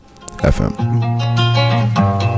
fm